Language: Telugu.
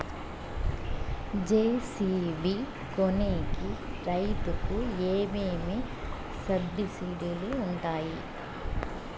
జె.సి.బి కొనేకి రైతుకు ఏమేమి సబ్సిడి లు వుంటాయి?